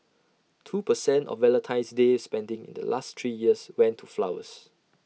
two per cent of Valentine's day spending in the last three years went to flowers